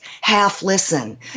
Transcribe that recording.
half-listen